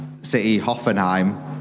City-Hoffenheim